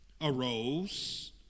arose